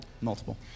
Multiple